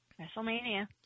WrestleMania